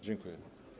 Dziękuję.